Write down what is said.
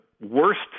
worst